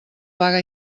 vaga